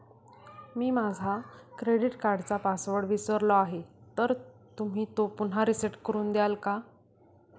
मी माझा क्रेडिट कार्डचा पासवर्ड विसरलो आहे तर तुम्ही तो पुन्हा रीसेट करून द्याल का?